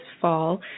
fall